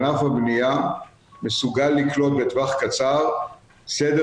ענף הבניה מסוגל לקלוט בטווח קצר סדר